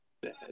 bad